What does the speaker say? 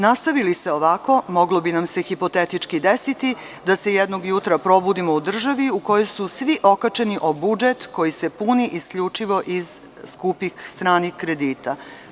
Nastavi li se ovako moglo bi nam se hipotetički desiti da se jednog jutra probudimo u državi u kojoj su svi okačeni o budžet koji se puni isključivo iz skupih stranih kredita.